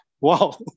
wow